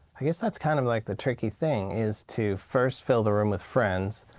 i guess that's kind of like the tricky thing is to first fill the room with friends,